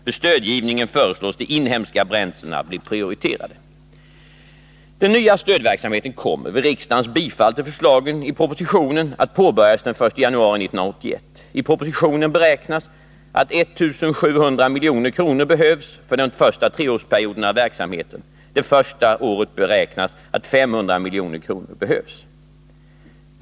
Vid stödgivningen föreslås de inhemska bränslena bli prioriterade. Den nya stödverksamheten kommer, vid riksdagens bifall till förslagen i propositionen, att påbörjas den 1 januari 1981. I propositionen beräknas att 1700 milj.kr. behövs för den första treårsperioden av verksamheten. Det första året beräknas att 500 milj.kr. behövs.